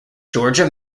georgia